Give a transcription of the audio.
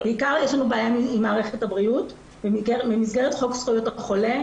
בעיקר יש לנו בעיה עם מערכת הבריאות במסגרת חוק זכויות החולה,